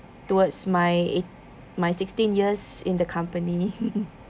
towards my my sixteen years in the company